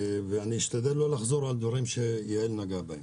ואני אשתדל לא לחזור על דברים שיעל נגעה בהם.